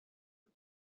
and